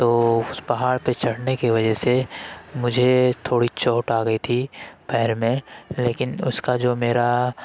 تو اس پہاڑ پہ چڑھنے کی وجہ سے مجھے تھوڑی چوٹ آ گئی تھی پیر میں لیکن اس کا جو میرا